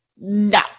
No